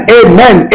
amen